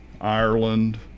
Ireland